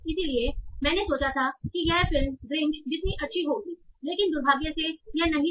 इसलिए जैसा मैंने सोचा था कि यह फिल्म ग्रिंच जितनी अच्छी होगी लेकिन दुर्भाग्य से यह नहीं था